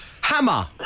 Hammer